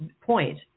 point